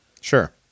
sure